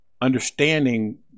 understanding